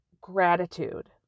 gratitude